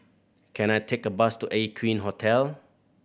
can I take a bus to Aqueen Hotel